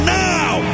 now